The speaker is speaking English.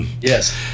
yes